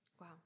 Wow